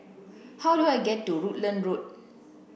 how do I get to Rutland Road